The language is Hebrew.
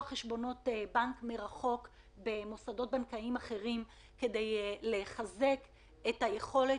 חשבונות בנק מרחוק במוסדות בנקאיים אחרים כדי לחזק את היכולת